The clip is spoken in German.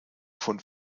von